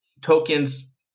tokens